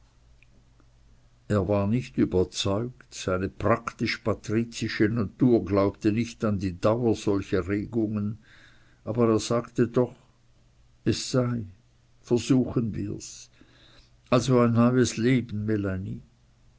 er war nicht überzeugt seine praktisch patrizische natur glaubte nicht an die dauer solcher erregungen aber er sagte doch es sei versuchen wir's also ein neues leben